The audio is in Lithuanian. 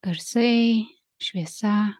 garsai šviesa